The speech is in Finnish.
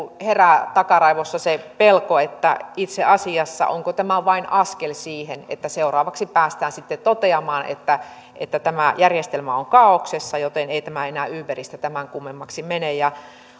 herää takaraivossa se pelko että onko tämä itse asiassa vain askel siihen että seuraavaksi päästään sitten toteamaan että että tämä järjestelmä on kaaoksessa joten ei tämä enää uberista tämän kummemmaksi mene